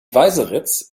weißeritz